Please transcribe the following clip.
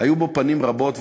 היו בו פנים רבות,